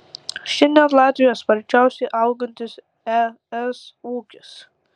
šiandien latvija sparčiausiai augantis es ūkis